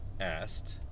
asked